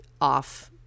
off